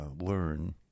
learn